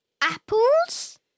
Apples